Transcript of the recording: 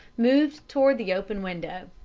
moved toward the open window.